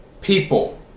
people